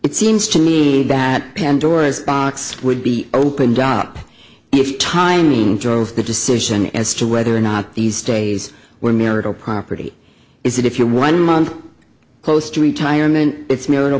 it seems to me that pandora's box would be opened up if tiny drove the decision as to whether or not these days were marital property is it if you're one month close to retirement it's marital